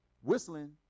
whistling